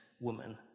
woman